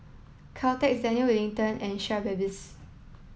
Caltex Daniel Wellington and Schweppes